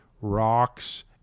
rocks